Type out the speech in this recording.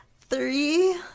three